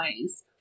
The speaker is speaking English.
ways